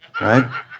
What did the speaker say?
right